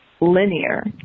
linear